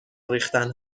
ریختن